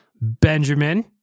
Benjamin